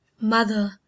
mother